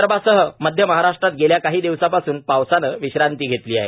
विदर्भासह मध्य महाराष्ट्रात गेल्या काही दिवसांपासून पावसानं विश्रांती घेतली आहे